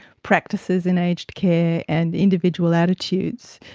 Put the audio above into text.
practices in aged care and individual attitudes,